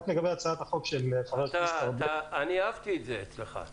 רק לגבי הצעת החוק של חבר הכנסת --- אהבתי את זה אצלך,